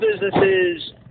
businesses